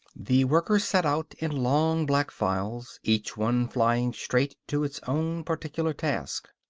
the workers set out, in long black files, each one flying straight to its own particular task.